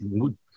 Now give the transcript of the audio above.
good